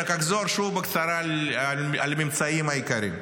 רק אחזור בקצרה על הממצאים העיקריים.